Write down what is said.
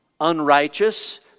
unrighteous